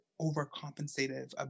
overcompensative